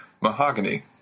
Mahogany